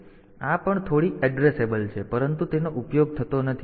તેથી આ પણ થોડી એડ્રેસેબલ છે પરંતુ તેનો ઉપયોગ થતો નથી